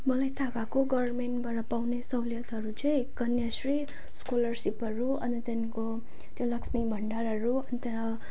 मलाई थाहा भएको गभर्मेन्टबाट पाउने सहुलियतहरू चाहिँ कन्याश्री स्कोलरसिपहरू अनि त्यहाँदेखिको त्यो लक्ष्मी भण्डारहरू अन्त